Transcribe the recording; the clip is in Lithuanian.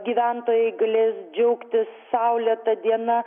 gyventojai galės džiaugtis saulėta diena